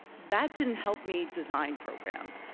that didn't help me design programs,